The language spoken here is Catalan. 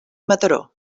mataró